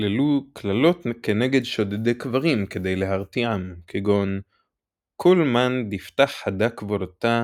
כללו קללות כנגד שודדי קברים כדי להרתיעם כגון ”כל מן דיפתח הדא קבורתא.